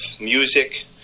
music